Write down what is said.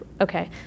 okay